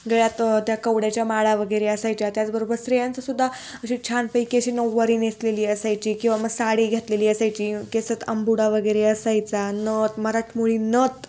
गळ्यात त्या कवड्याच्या माळा वगैरे असायच्या त्याचबरोबर स्त्रियांचं सुद्धा अशी छानपैकी अशी नऊवारी नेसलेली असायची किंवा मग साडी घातलेली असायची केसांत अंबाडा वगैरे असायचा नथ मराठमोळी नथ